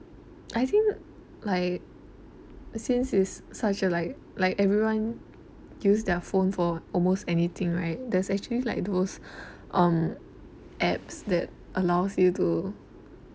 I think like since it's such a like like everyone use their phone for almost anything right there's actually like those um apps that allows you to